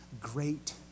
great